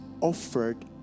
offered